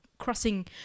crossing